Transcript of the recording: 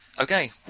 Okay